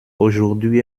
aujourd’hui